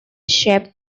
shape